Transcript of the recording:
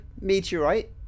meteorite